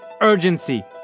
Urgency